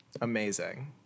Amazing